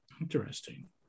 Interesting